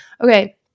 Okay